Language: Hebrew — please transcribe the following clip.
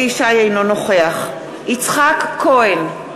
אינו נוכח יצחק כהן,